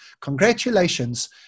Congratulations